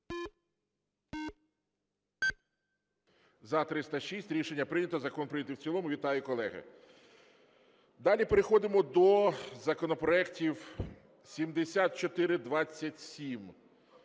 За-306 Рішення прийнято, закон прийнятий в цілому. Вітаю, колеги! Далі переходимо до законопроектів 7427.